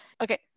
okay